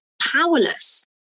powerless